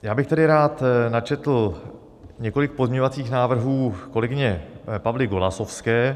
Já bych tedy rád načetl několik pozměňovacích návrhů kolegyně Pavly Golasowské.